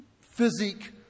physique